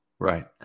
Right